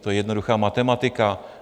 To je jednoduchá matematika.